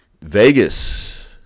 Vegas